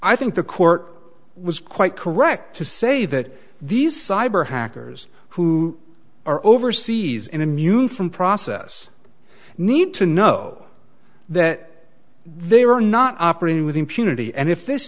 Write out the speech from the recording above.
i think the court was quite correct to say that these cyber hackers who are overseas in immune from process need to know that they are not operating with impunity and if this